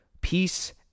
peace